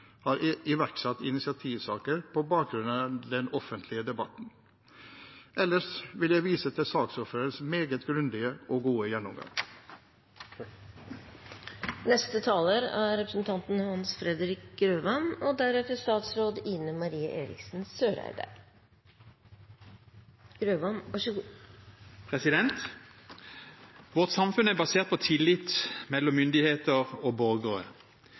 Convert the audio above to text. har iverksatt initiativsaker på på bakgrunn av den offentlige debatten. Ellers vil jeg vise til saksordførerens meget grundige og gode gjennomgang. Vårt samfunn er basert på tillit mellom myndigheter og